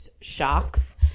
shocks